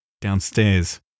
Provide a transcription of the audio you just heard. downstairs